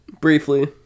Briefly